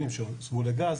80 שהוסבו לגז,